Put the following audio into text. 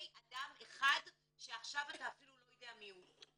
אדם אחד שעכשיו אתה אפילו לא יודע מיהו.